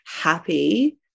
happy